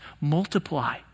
multiply